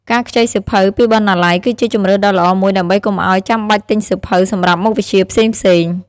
ការខ្ចីសៀវភៅពីបណ្ណាល័យគឺជាជម្រើសដ៏ល្អមួយដើម្បីកុំឱ្យចាំបាច់ទិញសៀវភៅសម្រាប់មុខវិជ្ជាផ្សេងៗ។